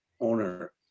owner